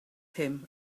him